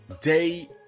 Day